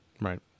Right